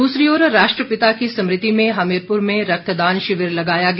दूसरी ओर राष्ट्रपिता की स्मृति में हमीरपुर में रक्तदान शिविर लगाया गया